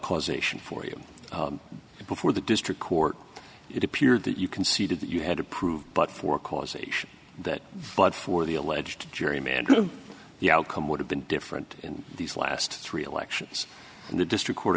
causation for you before the district court it appeared that you conceded that you had to prove but for causation that blood for the alleged gerrymandered of the outcome would have been different in these last three elections and the district co